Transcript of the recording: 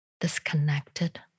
disconnected